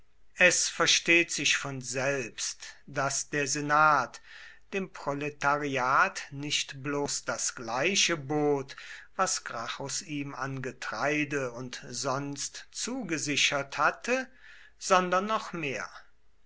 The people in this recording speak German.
es versteht sich von selbst daß der senat dem proletariat nicht bloß das gleiche bot was gracchus ihm an getreide und sonst zugesichert hatte sondern noch mehr